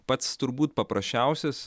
pats turbūt paprasčiausias